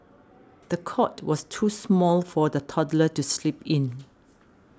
the cot was too small for the toddler to sleep in